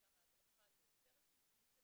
ושם ההדרכה היא יותר אינטנסיבית,